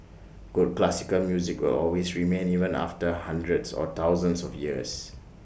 good classical music will always remain even after hundreds or thousands of years